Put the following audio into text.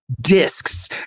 discs